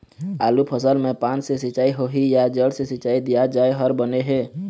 आलू फसल मे पान से सिचाई होही या जड़ से सिचाई दिया जाय हर बने हे?